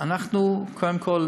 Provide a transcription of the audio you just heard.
אנחנו קודם כול